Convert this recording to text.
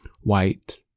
white